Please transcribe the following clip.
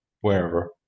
wherever